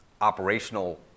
operational